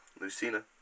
Lucina